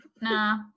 Nah